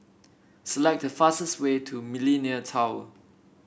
select the fastest way to Millenia Tower